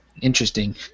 interesting